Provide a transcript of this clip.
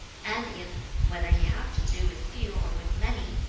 and if whether he have to do with few or with many,